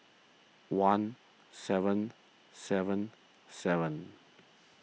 one seven seven seven